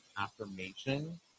affirmation